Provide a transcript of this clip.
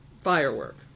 firework